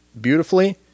beautifully